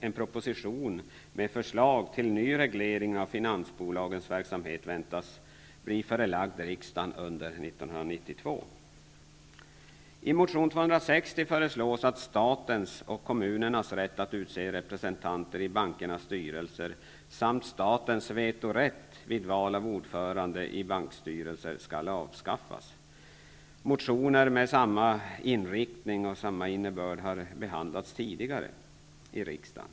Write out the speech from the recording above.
En proposition med förslag till ny reglering av finansbolagens verksamhet väntas bli förelagd riksdagen under I motion 260 föreslås att statens och kommunernas rätt att utse representanter i bankernas styrelser samt statens vetorätt vid val av ordförande i bankstyrelser skall avskaffas. Motioner med samma inriktning och innebörd har behandlats tidigare i riksdagen.